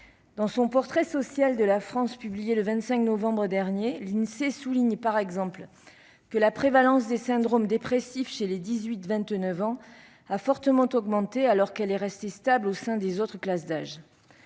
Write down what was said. Dans son portrait social de la France publié le 25 novembre dernier, l'Insee souligne par exemple que la prévalence des syndromes dépressifs chez les 18-29 ans a fortement augmenté, alors qu'elle est restée stable au sein des autres classes d'âge.